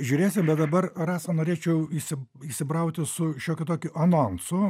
žiūrėsim bet dabar rasa norėčiau įsi įsibrauti su šiokiu tokiu anonsu